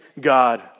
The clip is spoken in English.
God